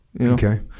Okay